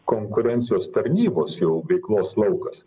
konkurencijos tarnybos jau veiklos laukas